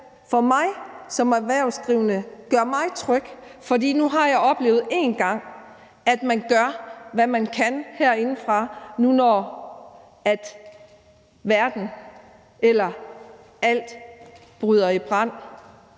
gør mig som erhvervsdrivende tryg, for nu har jeg oplevet en gang, at man gør, hvad man kan herindefra, nu, når alt bryder i brand.